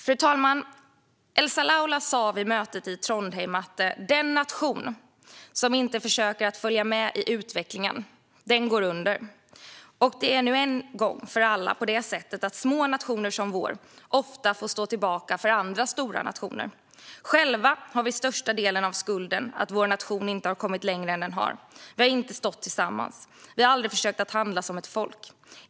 Fru talman! Elsa Laula sa vid mötet i Trondheim: "Den nation som inte försöker att följa med i utvecklingen går under. Och det är nu en gång för alla på det sättet att små nationer som vår ofta får stå tillbaka för andra stora nationer. Själva har vi största delen av skulden för att vår nation inte har kommit längre än den har. Vi har inte stått tillsammans. Vi har aldrig försökt att handla som ett folk.